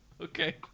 Okay